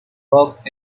work